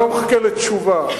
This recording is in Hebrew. אני לא מחכה לתשובה,